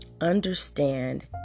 understand